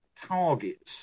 targets